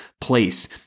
place